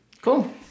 cool